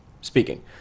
speaking